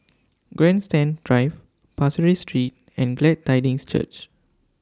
Grandstand Drive Pasir Ris Street and Glad Tidings Church